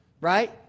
right